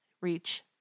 reach